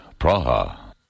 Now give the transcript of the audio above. Praha